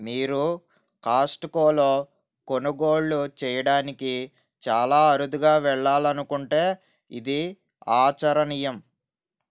మీరు కాస్ట్కోలో కొనుగోళ్ళు చేయడానికి చాలా అరుదుగా వెళ్ళాలనుకుంటే ఇది ఆచరణీయం